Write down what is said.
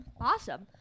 Awesome